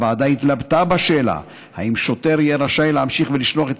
הוועדה התלבטה בשאלה אם שוטר יהיה רשאי להמשיך ולשלוח את